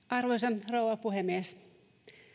arvoisa rouva puhemies